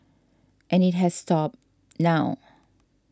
and it has stop now